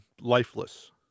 lifeless